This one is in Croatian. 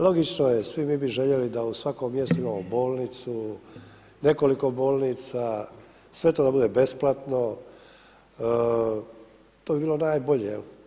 Logično je svi bi mi željeli da u svakom mjestu imamo bolnicu, nekoliko bolnica, sve to bude besplatno, to bi bilo najbolje.